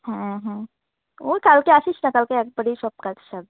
হ্যাঁ হ্যাঁ ওই কালকে আসিস না কালকে একবারেই সব কাজ সারবো